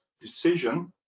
decision